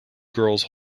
girls